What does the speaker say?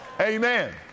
Amen